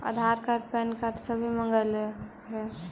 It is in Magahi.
आधार कार्ड पैन कार्ड सभे मगलके हे?